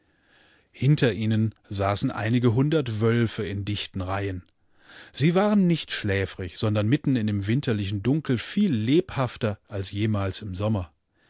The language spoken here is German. hinter ihnen saßen einige hundert wölfe in dichten reihen sie waren nicht schläfrig sondern mitten in dem winterlichen dunkel viel lebhafter als jemals im sommer